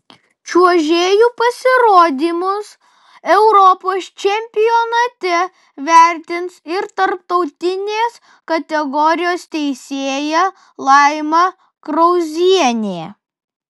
čiuožėjų pasirodymus europos čempionate vertins ir tarptautinės kategorijos teisėja laima krauzienė